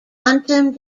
quantum